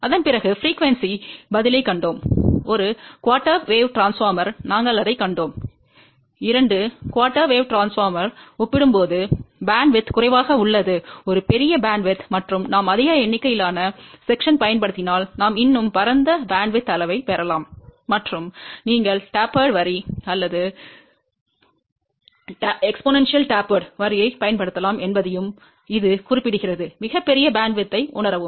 அதன்பிறகு அதிர்வெண் பதிலைக் கண்டோம் ஒரு கால் அலை மின்மாற்றி நாங்கள் அதைக் கண்டோம் இரண்டு கால் அலை மின்மாற்றியுடன் ஒப்பிடும்போது அலைவரிசை குறைவாக உள்ளது ஒரு பெரிய அலைவரிசை உள்ளது மற்றும் நாம் அதிக எண்ணிக்கையிலான பிரிவுகளைப் பயன்படுத்தினால் நாம் இன்னும் பரந்த அலைவரிசை அளவைப் பெறலாம் மற்றும் நீங்கள் குறுகலான வரி அல்லது அதிவேகமாக தட்டப்பட்ட வரியைப் பயன்படுத்தலாம் என்பதையும் இது குறிப்பிடுகிறது மிகப் பெரிய அலைவரிசையை உணரவும்